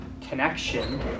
connection